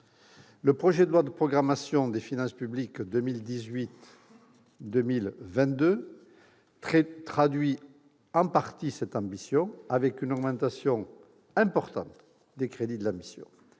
Le projet de loi de programmation des finances publiques pour les années 2018 à 2022 traduit en partie cette ambition, avec une augmentation importante des crédits de la mission